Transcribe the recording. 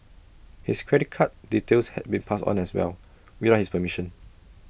his credit card details had been passed on as well without his permission